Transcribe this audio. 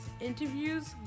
interviews